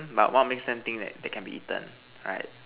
but what make something that can be eaten right